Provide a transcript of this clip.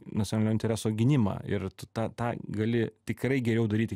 nacionalinio intereso gynimą ir tu tą tą gali tikrai geriau daryti